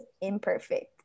Imperfect